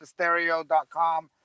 thestereo.com